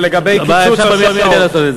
לטווח המיידי.